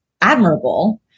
admirable